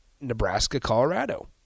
Nebraska-Colorado